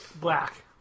black